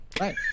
Right